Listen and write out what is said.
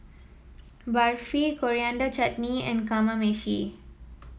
Barfi Coriander Chutney and Kamameshi